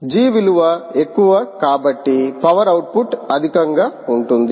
G విలువ ఎక్కువ కాబట్టి పవర్ ఔట్పుట్ అధికంగా ఉంటుంది